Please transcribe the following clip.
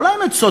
אולי הם צודקים.